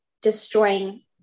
destroying